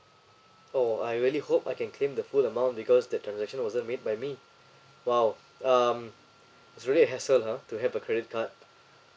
oh I really hope I can claim the full amount because that transaction wasn't made by me !wow! um it's really hassle !huh! to have a credit card